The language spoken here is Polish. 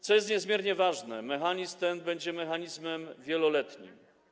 Co jest niezmiernie ważne, mechanizm ten będzie mechanizmem wieloletnim.